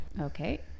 Okay